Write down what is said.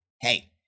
hey